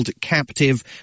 captive